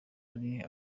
hari